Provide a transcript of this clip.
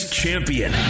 champion